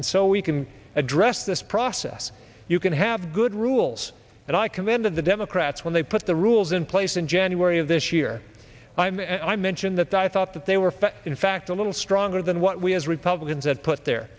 and so we can address this process you can have good rules and i commanded the democrats when they put the rules in place in january of this year i'm i mention that i thought that they were fair in fact a little stronger than what we as republicans had put the